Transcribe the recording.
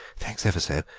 thanks ever so.